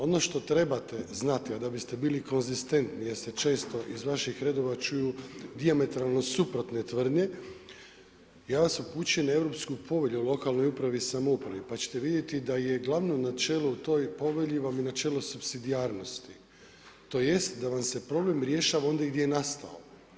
Ono što trebate znate, a da biste bili konzistentan gdje se često iz vaših redova čuju dijametralno suprotne tvrdnje, ja vas upućujem na europsku povelju o lokalnoj upravi i samoupravi, pa ćete vidjeti da je glavno načelo o toj povelji vam je načelo supsidijarnosti, tj. da vam se problem rješava ovdje gdje je nastao.